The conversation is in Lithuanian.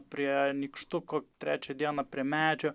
prie nykštuko trečią dieną prie medžio